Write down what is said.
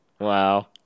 Wow